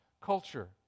culture